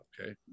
Okay